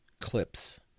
clips